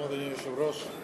אדוני היושב-ראש,